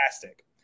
fantastic